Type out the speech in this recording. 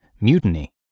mutiny